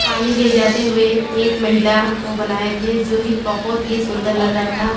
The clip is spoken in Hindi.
पानी ले जाते हुए एक महिला को बनाए थे जो ही बहुत ही सुन्दर लग रहा था